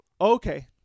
Okay